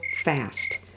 fast